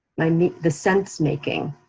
i mean the sense making,